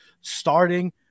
starting